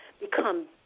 become